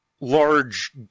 large